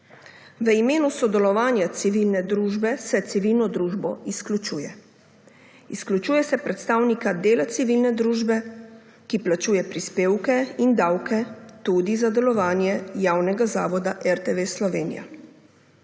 V imenu sodelovanja civilne družbe se civilna družba izključuje. Izključuje se predstavnik dela civilne družbe, ki plačuje prispevke in davke tudi za delovanje javnega zavoda RTV Slovenija.